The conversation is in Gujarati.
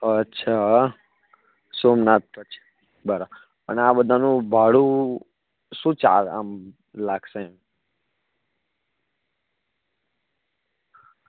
અચ્છા સોમનાથ પછી બરાબર અને આ બધાનું ભાડું શું ચાર્જ આમ લાગશે